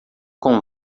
com